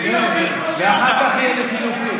ואחר כך יהיה לחלופין.